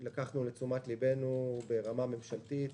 לקחנו מאוד לתשומת ליבנו ברמה ממשלתית.